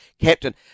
captain